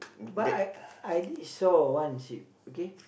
but I I did saw one ship okay